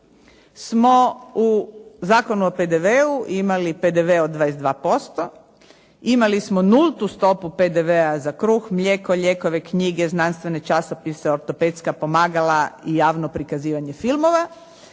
smo u Zakonu o PDV-u imali PDV od 22%, imali smo nultu stopu PDV-a za kruh, mlijeko, lijekove, knjige, znanstvene časopise, ortopedska pomagala i javno prikazivanje filmova